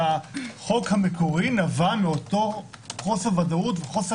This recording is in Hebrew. והחוק המקורי נבע מחוסר הוודאות וחוסר